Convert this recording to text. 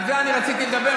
על זה אני רציתי לדבר.